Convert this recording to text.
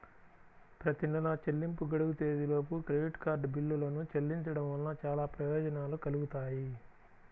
ప్రతి నెలా చెల్లింపు గడువు తేదీలోపు క్రెడిట్ కార్డ్ బిల్లులను చెల్లించడం వలన చాలా ప్రయోజనాలు కలుగుతాయి